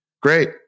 Great